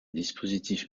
dispositifs